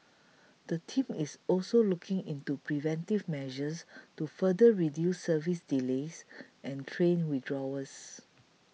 the team is also looking into preventive measures to further reduce service delays and train withdrawals